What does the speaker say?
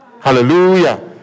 Hallelujah